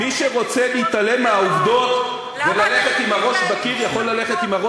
מי שרוצה להתעלם מהעובדות וללכת עם הראש בקיר,